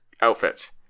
outfits